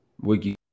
Wiki